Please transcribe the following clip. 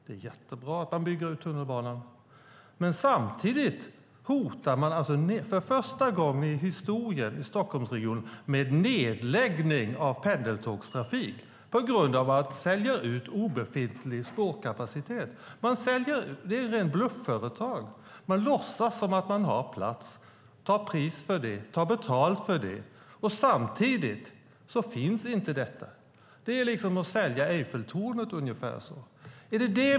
Det är jättebra att man bygger ut tunnelbanan, men samtidigt hotar man för första gången i historien i Stockholmsregionen med nedläggning av pendeltågstrafik genom att sälja ut obefintlig spårkapacitet. Det är ett rent blufföretag. Man låtsas som att man har plats och tar betalt för det trots att detta inte finns. Det är ungefär som att sälja Eiffeltornet.